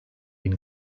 bin